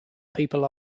people